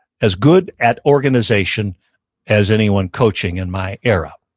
as good at organization as anyone coaching in my era.